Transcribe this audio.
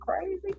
Crazy